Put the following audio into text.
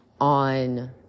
on